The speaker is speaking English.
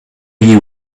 you